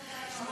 ושמו?